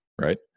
Right